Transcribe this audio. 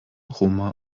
roma